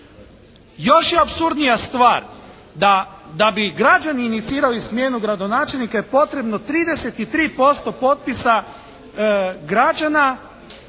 Još je apsurdnija stvar da bi građani inicirali smjenu gradonačelnika je potrebno 33% potpisa građana